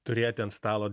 turėti ant stalo